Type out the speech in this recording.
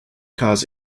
cause